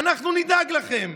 אנחנו נדאג לכם,